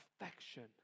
affection